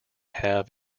have